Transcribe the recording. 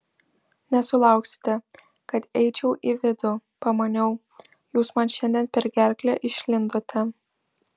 nesulauksite kad eičiau į vidų pamaniau jūs man šiandien per gerklę išlindote